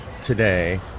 today